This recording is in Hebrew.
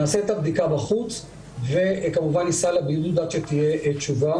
נעשה את הבדיקה בחוץ וכמובן ניסע לבידוד עד שתהיה תשובה